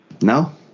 No